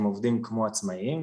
הם עובדים כמו עצמאים.